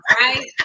right